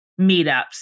meetups